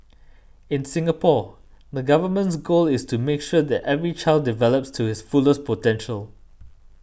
in Singapore the Government's goal is to make sure that every child develops to his fullest potential